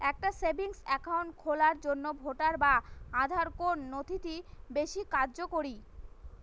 একটা savings account খোলার জন্য ভোটার বা আধার কোন নথিটি বেশী কার্যকরী?